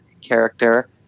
character